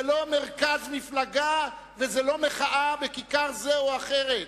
זה לא מרכז מפלגה וזאת לא מחאה בכיכר כזאת או אחרת.